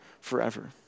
forever